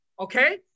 Okay